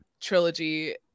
trilogy